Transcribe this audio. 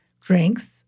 drinks